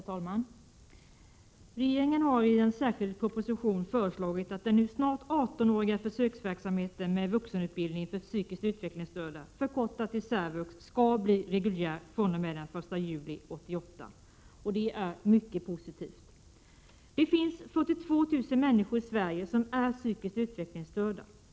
Herr talman! Regeringen har i en särskild proposition föreslagit att den nu snart 18-åriga försöksverksamheten med vuxenutbildning för psykiskt utvecklingsstörda, särvux, skall bli reguljär fr.o.m. den 1 juli 1988. Det är mycket positivt. Det finns 42 000 människor i Sverige som är psykiskt utvecklingsstörda.